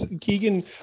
Keegan